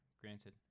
granted